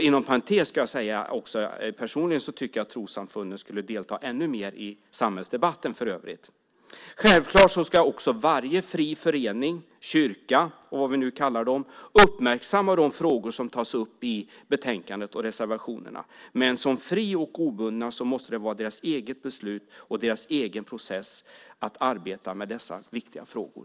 Inom parentes ska jag säga att jag personligen tycker att trossamfunden skulle delta ännu mer i samhällsdebatten. Självklart ska också varje fri förening, kyrka och vad vi nu kallar dem uppmärksamma de frågor som tas upp i betänkandet och reservationerna. Men som fria och obundna måste det vara deras eget beslut och deras egen process att arbeta med dessa viktiga frågor.